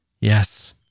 Yes